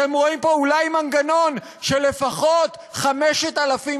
אתם רואים פה אולי מנגנון של לפחות 5,000